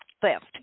theft